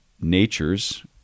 natures